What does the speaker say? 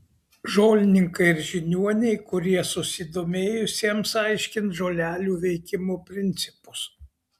žolininkai ir žiniuoniai kurie susidomėjusiems aiškins žolelių veikimo principus